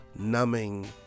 numbing